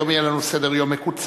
היום יהיה לנו סדר-יום מקוצר.